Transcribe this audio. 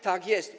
Tak jest.